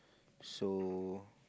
so